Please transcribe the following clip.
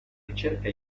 ricerca